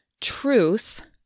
truth